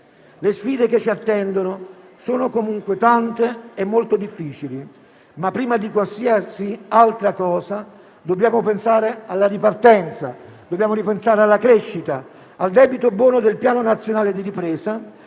Le sfide che ci attendono sono comunque tante e molto difficili, ma prima di qualsiasi altra cosa dobbiamo pensare alla ripartenza e dobbiamo ripensare alla crescita, al debito buono del Piano nazionale di ripresa